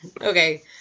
Okay